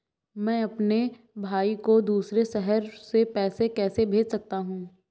मैं अपने भाई को दूसरे शहर से पैसे कैसे भेज सकता हूँ?